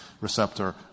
receptor